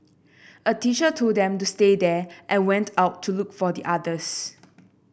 a teacher told them to stay there and went out to look for the others